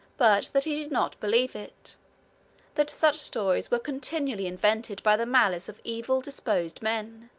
but that he did not believe it that such stories were continually invented by the malice of evil-disposed men,